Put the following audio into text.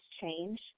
change